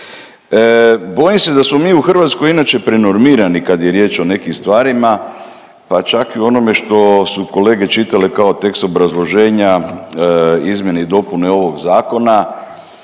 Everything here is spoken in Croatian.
Bojim se da smo mi u Hrvatskoj inače prenormirani kad je riječ o nekim stvarima pa čak i u onome što su kolege čitale kao tekst obrazloženja izmjene i dopune ovog zakona